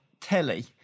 telly